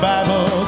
Bible